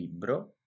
libro